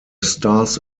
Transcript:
stars